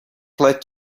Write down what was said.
let